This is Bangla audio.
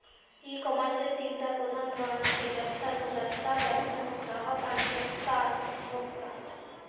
ই কমার্সের তিনটা প্রধান ধরন আছে, ব্যবসা নু ব্যবসা, ব্যবসা নু গ্রাহক আর ভোক্তা নু ভোক্তা